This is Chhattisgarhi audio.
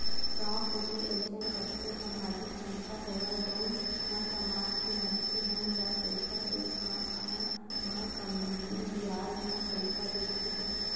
गाँव कोती अइसन कतको समाजिक संस्था हवय जउन मन समाज के मनखे मन ल पइसा के काम आय म कमती बियाज म पइसा देथे